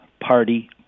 party